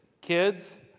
Kids